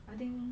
I think